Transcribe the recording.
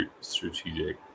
strategic